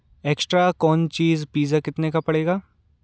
extra corn cheese pizza कितने का पड़ेगा